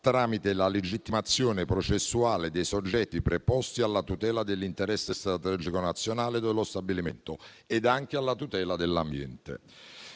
tramite la legittimazione processuale dei soggetti preposti alla tutela dell'interesse strategico nazionale dello stabilimento e alla tutela dell'ambiente.